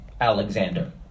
Alexander